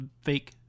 fake